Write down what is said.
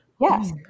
Yes